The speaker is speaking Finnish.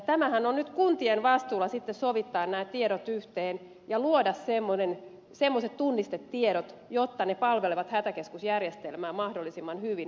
nyt on kuntien vastuulla sovittaa nämä tiedot yhteen ja luoda semmoiset tunnistetiedot että ne palvelevat hätäkeskusjärjestelmää mahdollisimman hyvin